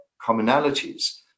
commonalities